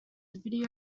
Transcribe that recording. video